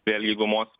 vėlgi gumos